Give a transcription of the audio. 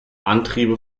antriebe